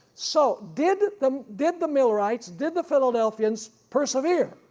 so did the did the milerites, did the philadelphians persevere?